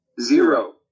Zero